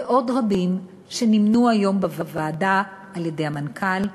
ועוד רבים שנמנו היום בוועדה על-ידי המנכ"ל,